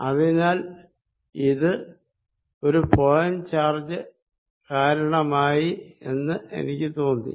അതിനാൽ ഇത് ഒരു പോയിന്റ് ചാർജ് കാരണമായി ആണ് എന്ന് എനിക്ക് തോന്നി